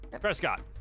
prescott